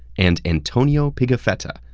and antonio pigafetta,